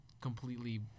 completely